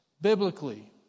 biblically